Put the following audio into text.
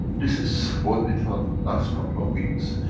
this is what we taught last couple of weeks.